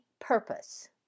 purpose